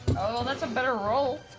well, that's a better roll.